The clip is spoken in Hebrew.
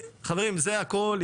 חברים, זה הכול.